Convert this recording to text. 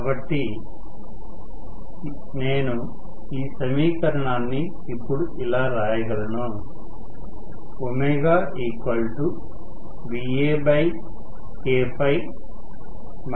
కాబట్టి నేను ఈ సమీకరణాన్నిఇప్పుడు ఇలా రాయగలను ω VaK TeRaK2